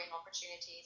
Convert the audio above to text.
opportunities